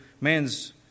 man's